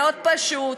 מאוד פשוט,